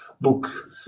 book